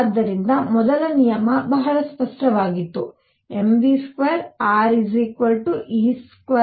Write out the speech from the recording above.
ಆದ್ದರಿಂದ ಮೊದಲ ನಿಯಮ ಬಹಳ ಸ್ಪಷ್ಟವಾಗಿತ್ತು mv2re24π0